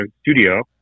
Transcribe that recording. studio